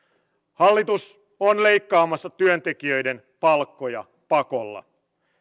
hallitus on leikkaamassa työntekijöiden palkkoja pakolla